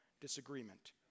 disagreement